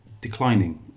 declining